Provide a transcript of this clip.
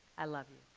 i love you.